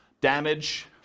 Damage